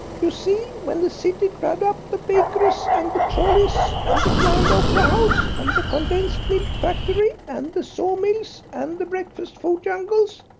you see when the city grabbed up the bakeries, and the trolleys, and the grand opera house, and the condensed milk factory, and the saw mills, and the breakfast food jungles,